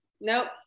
Nope